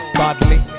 badly